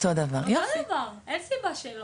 אין סיבה שלא.